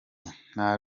nta